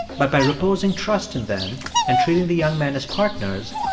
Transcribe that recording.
but by reposing trust in them and treating the young men as partners,